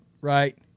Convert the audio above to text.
right